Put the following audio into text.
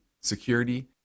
security